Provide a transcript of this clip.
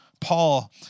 Paul